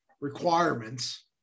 requirements